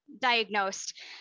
diagnosed